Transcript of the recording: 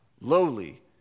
lowly